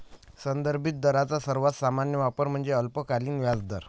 संदर्भित दरांचा सर्वात सामान्य वापर म्हणजे अल्पकालीन व्याजदर